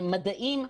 מדעים,